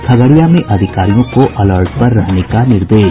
खगड़िया में अधिकारियों को अलर्ट पर रहने का निर्देश